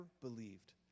believed